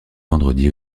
vendredi